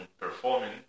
performing